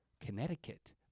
Connecticut